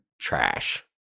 trash